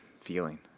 feeling